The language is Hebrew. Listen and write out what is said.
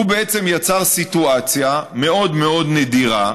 הוא בעצם יצר סיטואציה מאוד מאוד נדירה,